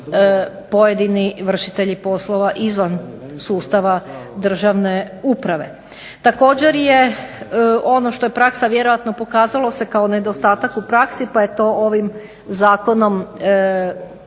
pojedini vršitelji poslova izvan sustava državne uprave. Također je ono što je praksa pokazalo se kao nedostatak u praksi pa je to ovim zakonom